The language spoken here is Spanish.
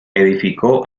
edificó